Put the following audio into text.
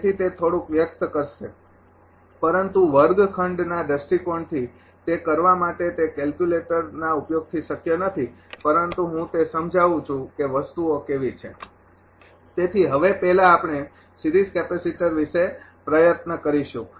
તેથી તે થોડુંક વ્યક્ત કરશે પરંતુ વર્ગખંડના દૃષ્ટિકોણથી તે કરવા માટે તે કેલ્ક્યુલેટરના ઉપયોગથી શક્ય નથી પરંતુ હું તે સમજાવું છું કે વસ્તુઓ કેવી છે તેથી હવે પહેલા આપણે સિરીઝ કેપેસિટર વિશે પ્રયત્ન કરીશું